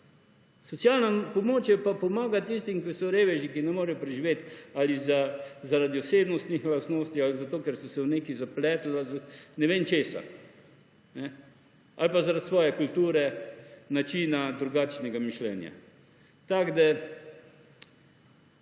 Socialna pomoč je pa pomagati tistim, ki so reveži, ki ne morejo preživeti ali zaradi osebnostnih lastnosti ali zato, ker so se v nekaj zapletli ali zaradi ne vem česa ali pa zaradi svoje kulture, načina, drugačnega mišljenja. Tako, da